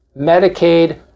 Medicaid